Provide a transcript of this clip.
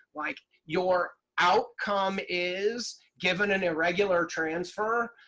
like, your outcome is, given an irregular transfer,